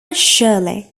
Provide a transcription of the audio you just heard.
shirley